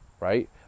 right